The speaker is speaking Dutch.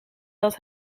dat